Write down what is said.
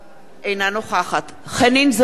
אינה נוכחת חנין זועבי,